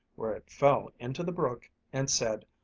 where it fell into the brook and said,